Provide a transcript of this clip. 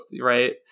right